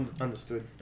Understood